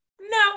No